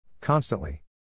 Constantly